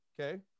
okay